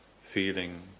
feeling